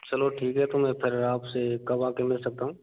चलो ठीक है तो मैं फिर आपसे कब आके मिल सकता हूँ